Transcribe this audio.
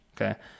Okay